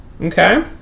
okay